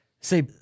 say